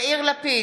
יאיר לפיד,